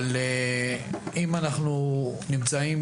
אבל אם אנחנו נמצאים